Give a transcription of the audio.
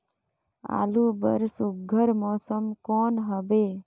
आलू बर सुघ्घर मौसम कौन हवे?